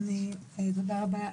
תודה רבה.